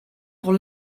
pour